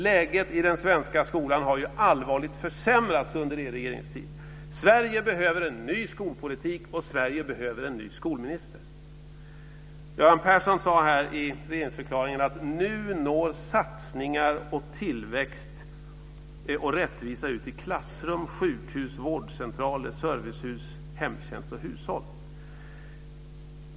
Läget i den svenska skolan har allvarligt försämrats under er regeringstid. Sverige behöver en ny skolpolitik och Sverige behöver en ny skolminister. Göran Persson sade i regeringsförklaringen att nu når satsningar, tillväxt och rättvisa ut till klassrum, sjukhus, vårdcentraler, servicehus, hemtjänst och hushåll.